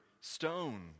stone